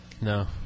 No